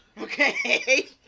Okay